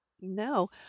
No